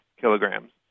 kilograms